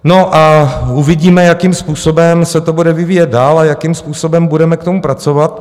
No a uvidíme, jakým způsobem se to bude vyvíjet dál a jakým způsobem budeme k tomu pracovat.